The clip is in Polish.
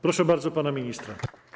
Proszę bardzo, pana ministra.